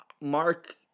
Mark